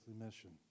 mission